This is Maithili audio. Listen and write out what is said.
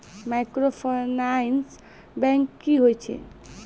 माइक्रोफाइनांस बैंक की होय छै?